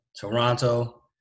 Toronto